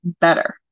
better